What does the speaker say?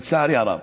לצערי הרב.